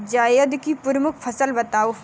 जायद की प्रमुख फसल बताओ